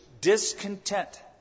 discontent